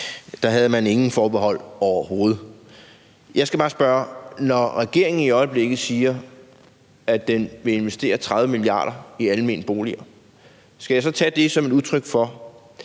Der havde man ingen forbehold overhovedet. Jeg skal bare spørge: Når regeringen i øjeblikket siger, at den vil investere 30 mia. kr. i almene boliger, skal jeg så tage det som et udtryk for,